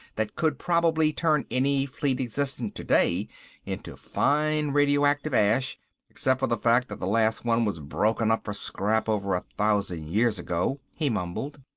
that could probably turn any fleet existent today into fine radioactive ash except for the fact that the last one was broken up for scrap over a thousand years ago, he mumbled.